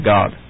God